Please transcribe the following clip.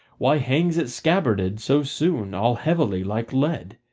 why hangs it scabbarded so soon, all heavily like lead?